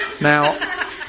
Now